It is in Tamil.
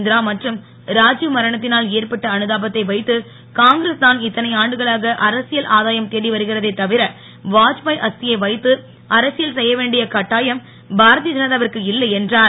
இந்திரா மற்றும் ராஜீவ் மரணத்தினால் ஏற்பட்ட அனுதாபத்தை வைத்து காங்கிரஸ் தான் இத்தனை ஆண்டுகளாக அரசியல் ஆதாயம் தேடி வருகிறதே தவிர வாத்பாய் அஸ்தியை வைத்து அரசியல் செய்ய வேண்டிய கட்டாயம் பாரதிய ஜனதாவிற்கு இல்லை என்றார்